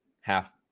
half